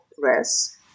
press